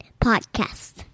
Podcast